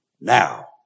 Now